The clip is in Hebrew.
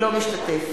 אינו משתתף